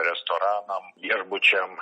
restoranam viešbučiam